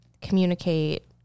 communicate